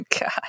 God